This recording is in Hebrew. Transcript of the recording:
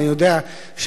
אינני יודע,